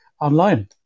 online